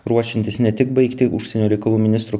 ruošiantis ne tik baigti užsienio reikalų ministro